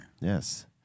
Yes